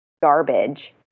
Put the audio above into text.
garbage